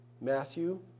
Matthew